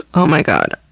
oh my god.